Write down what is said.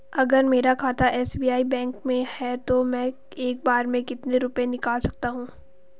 अगर मेरा खाता एस.बी.आई बैंक में है तो मैं एक बार में कितने रुपए निकाल सकता हूँ?